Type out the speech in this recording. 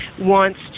wants